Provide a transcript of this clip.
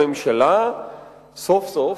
סוף-סוף,